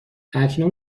اکنون